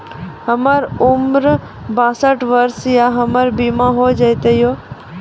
हमर उम्र बासठ वर्ष या हमर बीमा हो जाता यो?